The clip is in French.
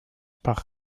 par